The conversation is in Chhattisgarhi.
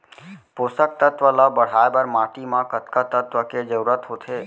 पोसक तत्व ला बढ़ाये बर माटी म कतका तत्व के जरूरत होथे?